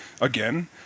again